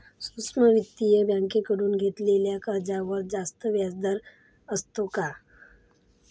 सूक्ष्म वित्तीय बँकेकडून घेतलेल्या कर्जावर जास्त व्याजदर असतो का?